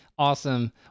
Awesome